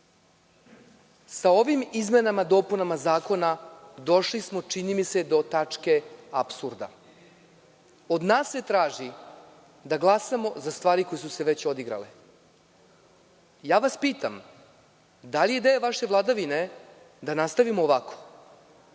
Sa ovim izmenama i dopunama zakona došli smo, čini mi se, do tačke apsurda. Od nas se traži da glasamo za stvari koje su se već odigrale. Pitam vas da li je ideja vaše vladavine da nastavimo ovako,